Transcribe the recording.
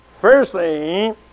Firstly